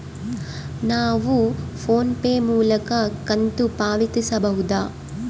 ನಾವು PhonePe ಮೂಲಕ ಕಂತು ಪಾವತಿಸಬಹುದಾ?